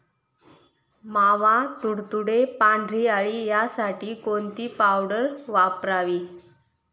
मावा, तुडतुडे, पांढरी अळी यासाठी कोणती पावडर वापरावी?